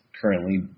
currently